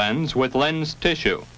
lens with lens tissue